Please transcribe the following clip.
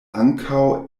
ankaŭ